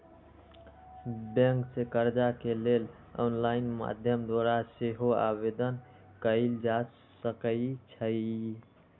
bank से कर्जा के लेल ऑनलाइन माध्यम द्वारा सेहो आवेदन कएल जा सकइ छइ